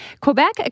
Quebec